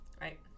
Right